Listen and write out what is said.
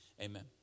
amen